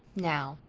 now,